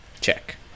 Check